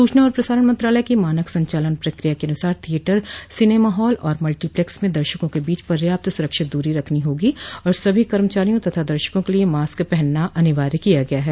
सूचना और प्रसारण मंत्रालय की मानक संचालन प्रक्रिया के अनुसार थियेटर सिनेमाहॉल और मल्टीप्लेक्स में दर्शकों के बीच पर्याप्त सुरक्षित दूरी रखनी होगी और सभी कर्मचारियों तथा दर्शकों के लिए मास्क पहनना अनिवार्य किया गया है